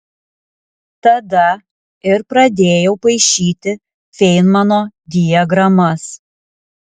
tada ir pradėjau paišyti feinmano diagramas